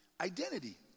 identity